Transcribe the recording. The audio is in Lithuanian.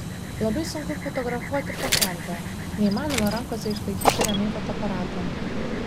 labai sunku fotografuoti pakrantę neįmanoma rankose išlaikyti ramiai fotoaparato